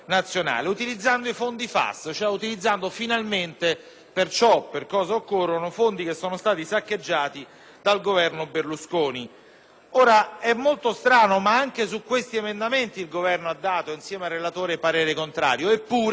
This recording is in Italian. ciò per cui occorrono i fondi che sono stati saccheggiati dal Governo Berlusconi. È molto strano, ma anche su questi emendamenti il Governo, insieme al relatore, ha espresso parere contrario. Eppure, signor Presidente, il nostro presidente del Consiglio